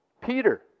Peter